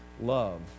love